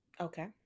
Okay